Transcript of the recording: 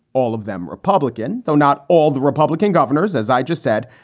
all of them republican, though, not all the republican governors, as i just said,